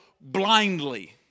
blindly